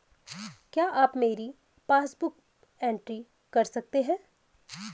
क्या आप मेरी पासबुक बुक एंट्री कर सकते हैं?